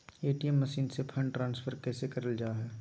ATM machine से fund transfer कैसे करल जा है?